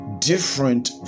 Different